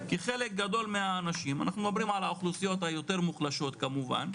כי חלק גדול מהאנשים אנחנו מדברים על האוכלוסיות היותר מוחלשות כמובן,